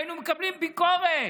היינו מקבלים ביקורת: